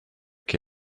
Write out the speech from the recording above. che